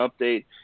update